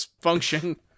function